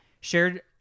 shared